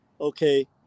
Okay